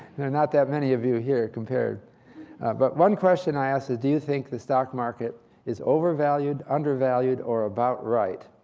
there are not that many of you here. but one question i asked is do you think the stock market is overvalued, undervalued, or about right?